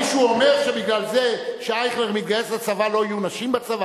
מישהו אומר שבגלל זה שאייכלר מתגייס לצבא לא יהיו נשים בצבא?